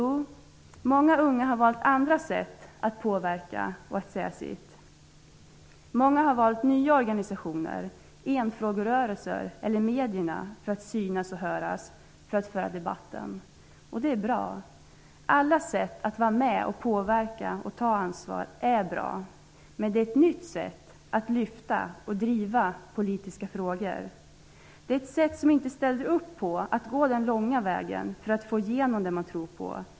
Många unga har valt andra sätt att påverka och säga sitt. Många har valt nya organisationer, enfrågerörelser eller medierna för att synas och höras och för att föra debatten. Det är bra. Alla sätt att vara med och påverka och ta ansvar är bra. Men det är ett nytt sätt att lyfta fram och driva politiska frågor. Det är ett sätt som inte ställer upp på att gå den långa vägen för att få igenom det man tror på.